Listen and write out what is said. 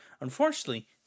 Unfortunately